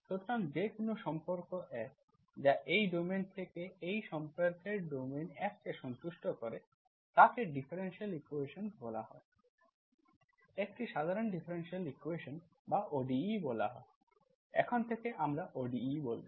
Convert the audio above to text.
সুতরাং যে কোনও সম্পর্ক F যা এই ডোমেইন থেকে এই সম্পর্কের ডোমেইন F কে সন্তুষ্ট করছেyyy ynx0তাকে ডিফারেনশিয়াল ইকুয়েশন্স বলা হয় একটি সাধারণ ডিফারেনশিয়াল ইকুয়েশন্স বা ODE বলা হয় এখন থেকে আমরা ODE বলব